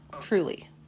Truly